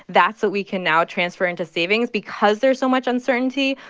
that's what we can now transfer into savings. because there's so much uncertainty,